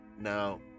Now